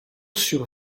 sur